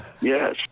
Yes